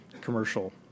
commercial